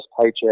paycheck